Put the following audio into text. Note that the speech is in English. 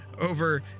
over